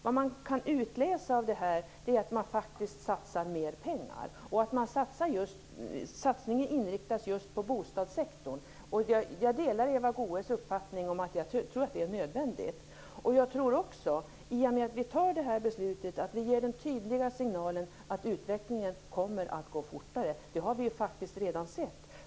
Vad man kan utläsa är att det satsas mer pengar och att satsningen inriktas just på bostadssektorn. Jag delar Eva Goës uppfattning att det är nödvändigt. I och med att vi fattar det här beslutet ger vi den tydliga signalen att utvecklingen kommer att gå fortare. Det har vi redan sett.